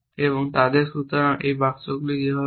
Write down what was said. তাদের সুতরাং এই বাক্সগুলি যেগুলি তৈরি করা হয়